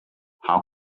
how